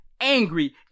angry